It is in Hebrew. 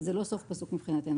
זה לא סוף פסוק מבחינתנו,